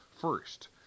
first